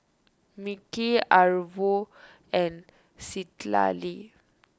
Mickie Arvo and Citlalli